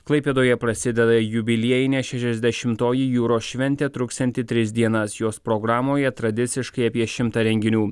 klaipėdoje prasideda jubiliejinė šešiasdešimtoji jūros šventė truksianti tris dienas jos programoje tradiciškai apie šimtą renginių